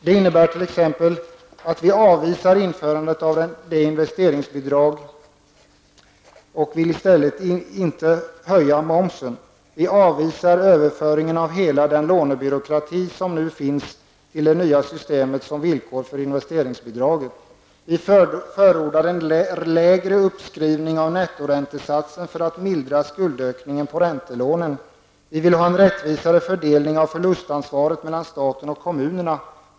Det innebär t.ex. att vi avvisar införandet av investeringsbidraget och vill i stället inte höja byggmomsen. Vi avvisar överföringen av hela den lånebyråkrati som nu finns till det nya systemet som villkor för investeringsbidraget. Vi förordar en lägre uppskrivning av nettoräntesatsen för att mildra skuldökningen på räntelånen. Vi vill ha en rättvisare fördelning av förlustansvaret mellan staten och kommunerna.